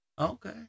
Okay